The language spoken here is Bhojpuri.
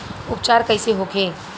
उपचार कईसे होखे?